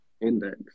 index